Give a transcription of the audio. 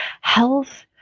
health